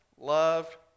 love